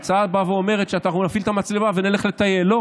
ההצעה באה ואומרת שנפעיל את המצלמה ונלך לטייל.